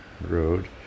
Road